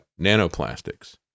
nanoplastics